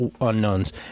unknowns